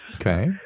Okay